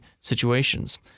situations